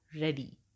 ready